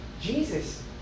Jesus